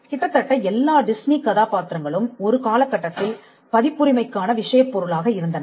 கிட்டத்தட்ட எல்லா டிஸ்னி கதாபாத்திரங்களும் ஒரு காலகட்டத்தில் பதிப்புரிமைக்கான விஷயப் பொருளாக இருந்தன